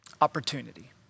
opportunity